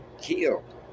killed